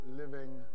living